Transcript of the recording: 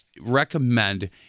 recommend